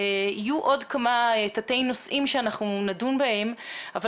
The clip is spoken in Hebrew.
יהיו עוד כמה תתי-נושאים שנדון בהם אבל